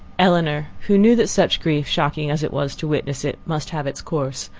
elinor, who knew that such grief, shocking as it was to witness it, must have its course,